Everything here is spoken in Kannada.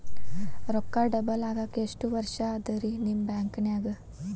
ರೊಕ್ಕ ಡಬಲ್ ಆಗಾಕ ಎಷ್ಟ ವರ್ಷಾ ಅದ ರಿ ನಿಮ್ಮ ಬ್ಯಾಂಕಿನ್ಯಾಗ?